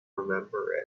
remember